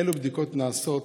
אילו בדיקות נעשות,